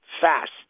fast